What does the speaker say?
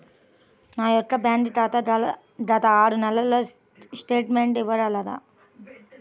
నా యొక్క బ్యాంక్ ఖాతా గత ఆరు నెలల స్టేట్మెంట్ ఇవ్వగలరా?